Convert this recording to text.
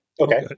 Okay